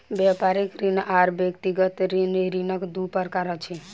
व्यापारिक ऋण आर व्यक्तिगत ऋण, ऋणक दू प्रकार अछि